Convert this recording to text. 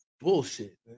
bullshit